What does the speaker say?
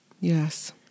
Yes